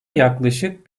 yaklaşık